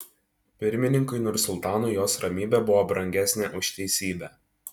pirmininkui nursultanui jos ramybė buvo brangesnė už teisybę